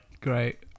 Great